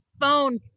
phone